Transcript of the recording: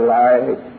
life